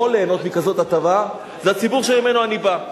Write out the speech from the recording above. ליהנות מכזאת הטבה זה הציבור שממנו אני בא.